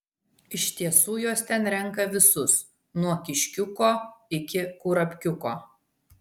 iš tiesų jos ten renka visus nuo kiškiuko iki kurapkiuko